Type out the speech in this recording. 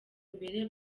imbere